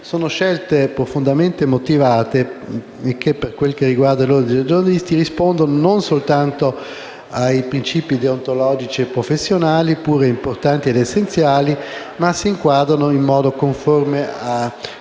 Sono scelte profondamente motivate e che, per quel che riguarda l'Ordine dei giornalisti, rispondono non soltanto a principi deontologici e professionali, pure importanti ed essenziali, ma si inquadrano in modo conforme con